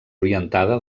orientada